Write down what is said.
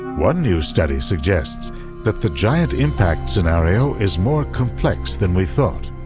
one new study suggests that the giant impact scenario is more complex than we thought.